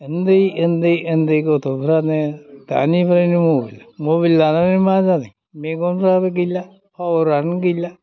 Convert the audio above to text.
उन्दै उन्दै गथ'फ्रानो दानिफ्रायनो मबाइल मबाइल लानानै मा जादों मेगनफ्राबो गैला पावारानो गैला